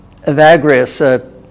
Evagrius